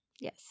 Yes